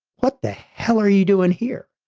what the hell are you doing here?